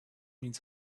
means